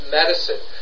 medicine